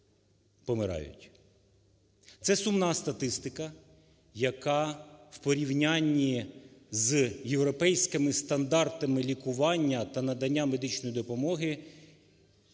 Це сумна статистика, яка в порівнянні з європейськими стандартами лікування та надання медичної допомоги